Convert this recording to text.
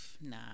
nah